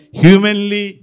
humanly